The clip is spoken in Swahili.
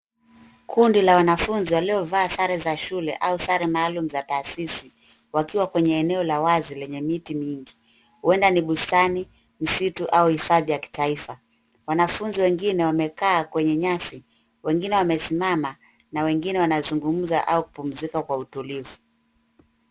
Kundi la wanafunzi waliovaa sare za shule au sare maalum za taasisi wakiwa kwenye eneo la wazi lenye miti mingi huenda ni bustani, msitu au hifadhi ya kitaifa. Wanafunzi wengine wamekaa kwenye nyasi, wengine wamesimama na wengine wanazungumza au kupumzika kwa utulivu.